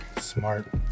smart